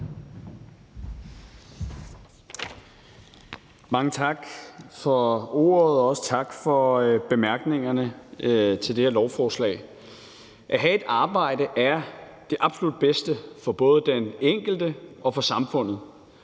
Mange tak for ordet, og også tak for bemærkningerne til det her lovforslag. At have et arbejde er det absolut bedste for både den enkelte og for samfundet,